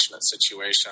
situation